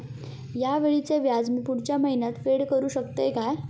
हया वेळीचे व्याज मी पुढच्या महिन्यात फेड करू शकतय काय?